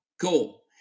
cool